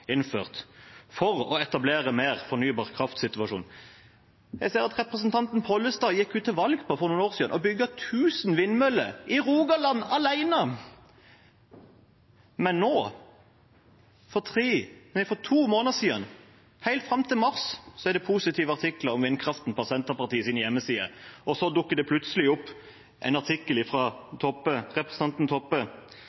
innført for å etablere en mer fornybar kraftsituasjon. Representanten Pollestad gikk jo til valg for noen år siden på å bygge 1 000 vindmøller i Rogaland alene. Helt fram til for to måneder siden, i mars, har det vært positive artikler om vindkraft på Senterpartiets hjemmeside. Så dukket det plutselig opp en artikkel fra